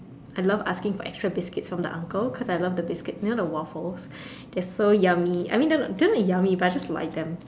I love asking for extra biscuits from the uncle cause I love the biscuits you know the waffles they are so yummy I mean they are not they are not yummy but I just like them